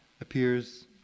appears